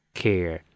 care